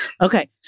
Okay